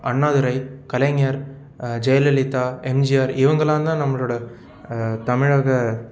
அண்ணாதுரை கலைஞர் ஜெயலலிதா எம் ஜி ஆர் இவங்கெல்லாம் தான் நம்மளுடய தமிழக